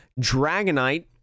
dragonite